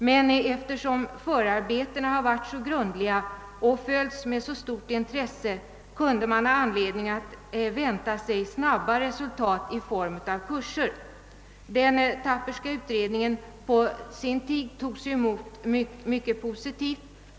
Men eftersom förarbetena har varit så grundliga och följts med så stort intresse kunde man ha haft anledning att vänta sig snabbare resultat i form av kurser. Den Thapperska utredningen togs på sin tid emot mycket positivt.